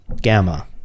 Gamma